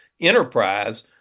enterprise